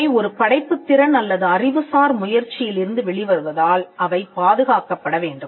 அவை ஒரு படைப்புத் திறன் அல்லது அறிவுசார் முயற்சியிலிருந்து வெளிவருவதால் அவை பாதுகாக்கப்பட வேண்டும்